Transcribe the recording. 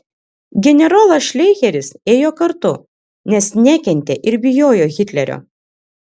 generolas šleicheris ėjo kartu nes nekentė ir bijojo hitlerio